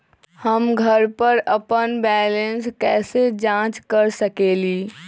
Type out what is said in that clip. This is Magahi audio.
हम घर पर अपन बैलेंस कैसे जाँच कर सकेली?